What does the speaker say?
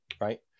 right